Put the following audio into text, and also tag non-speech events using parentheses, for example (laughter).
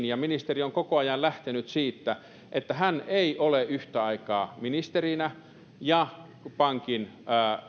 (unintelligible) ja ministeri on koko ajan lähtenyt siitä että hän ei ole yhtä aikaa ministerinä ja pankin